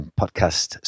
podcast